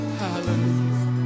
hallelujah